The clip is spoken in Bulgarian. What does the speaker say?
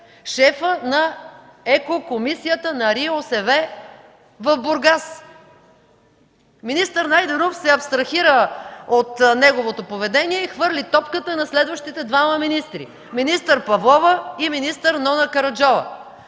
шефът на Екокомисията на РИОСВ в Бургас. Министър Найденов се абстрахира от неговото поведение и хвърли топката на следващите двама министри – министър Павлова и министър Нона Караджова.